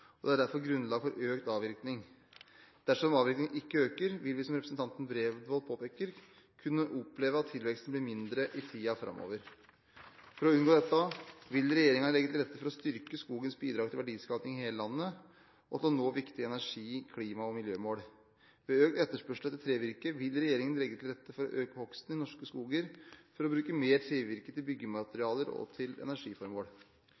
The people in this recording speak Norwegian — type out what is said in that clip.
og det er derfor grunnlag for økt avvirkning. Dersom avvirkningen ikke øker, vil vi – som representanten Bredvold påpeker – kunne oppleve at tilveksten blir mindre i tiden framover. For å unngå dette vil regjeringen legge til rette for å styrke skogens bidrag til verdiskaping i hele landet og til å nå viktige energi-, klima- og miljømål. Ved økt etterspørsel etter trevirke vil regjeringen legge til rette for å øke hogsten i norske skoger for å bruke mer trevirke til